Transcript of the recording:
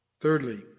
Thirdly